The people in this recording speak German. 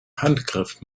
handgriff